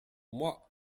moi